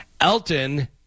Elton